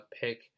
pick